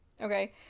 Okay